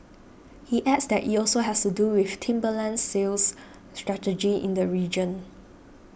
he adds that it also has to do with Timberland's sales strategy in the region